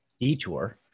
detour